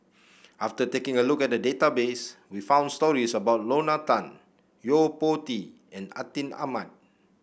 after taking a look at the database we found stories about Lorna Tan Yo Po Tee and Atin Amat